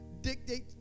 dictate